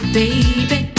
baby